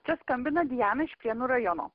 čia skambina diana iš prienų rajono